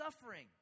suffering